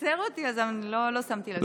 מקצר אותי, אז אני לא שמתי לב.